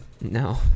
No